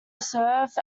serve